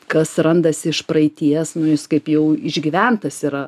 kas randasi iš praeities nu jis kaip jau išgyventas yra